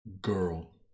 girl